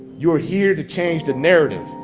you're here to change the narrative,